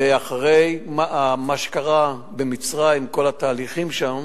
ואחרי מה שקרה במצרים, כל התהליכים שם,